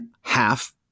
half